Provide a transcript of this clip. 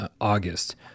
August